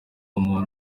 umuntu